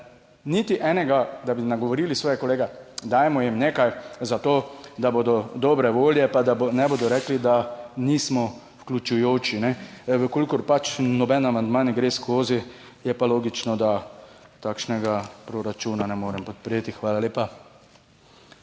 niti enega, da bi nagovorili svoje kolege, dajmo jim nekaj za to, da bodo dobre volje, pa da ne bodo rekli, da nismo vključujoči, v kolikor pač noben amandma ne gre skozi, je pa logično, da takšnega proračuna ne morem podpreti. Hvala lepa.